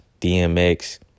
DMX